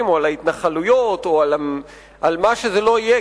או על ההתנחלויות או על מה שזה לא יהיה,